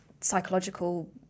psychological